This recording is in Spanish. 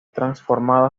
transformado